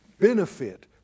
benefit